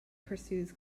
pursues